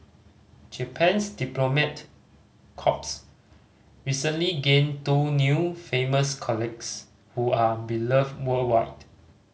Japan's diplomat corps recently gained two new famous colleagues who are beloved worldwide